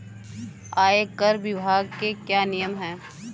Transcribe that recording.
आयकर विभाग के क्या नियम हैं?